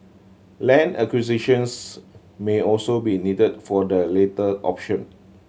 land acquisitions may also be needed for the latter option